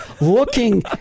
looking